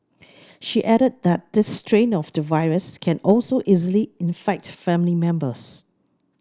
she added that this strain of the virus can also easily infect family members